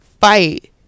fight